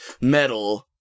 metal